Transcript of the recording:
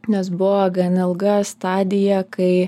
nes buvo gan ilga stadija kai